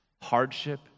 Hardship